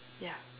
ya